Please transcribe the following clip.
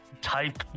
type